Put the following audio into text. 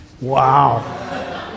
Wow